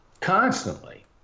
Constantly